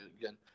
again